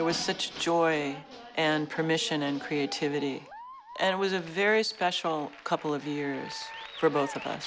there was such joy and permission and creativity and it was a very special couple of years for both of us